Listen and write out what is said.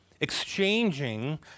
exchanging